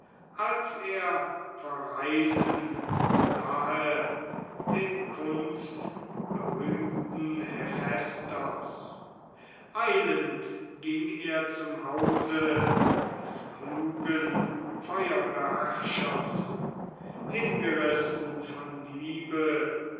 als er verreisen sahe den kunstberühmten hephaistos eilend ging er zum hause des klugen feuerbeherrschers hingerissen von liebe